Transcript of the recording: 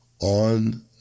on